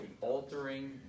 altering